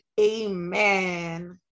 amen